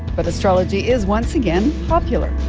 but astrology is once again popular